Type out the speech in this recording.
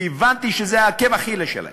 כי הבנתי שזה עקב אכילס שלהם.